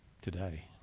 today